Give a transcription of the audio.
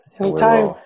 Anytime